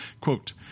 quote